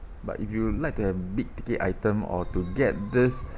but if you like the big ticket item or to get this